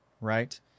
right